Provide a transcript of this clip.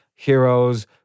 heroes